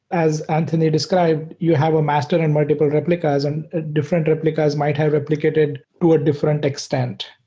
as anthony described, you have a master in multiple replicas and different replicas might have replicated to a different extent.